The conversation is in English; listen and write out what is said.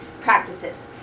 practices